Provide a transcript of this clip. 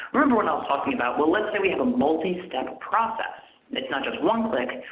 remember when i was talking about well, let's say we have a multi-step process? and it's not just one click.